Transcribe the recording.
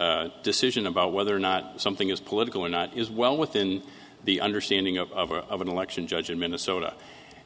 a decision about whether or not something is political or not is well within the understanding of of an election judge in minnesota